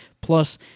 Plus